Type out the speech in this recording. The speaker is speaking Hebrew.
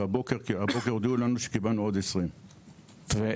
והבוקר הודיעו לנו שקיבלנו עוד 20. תראה,